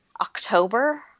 October